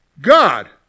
God